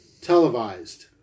televised